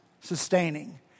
Sustaining